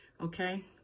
okay